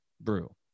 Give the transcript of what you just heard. brew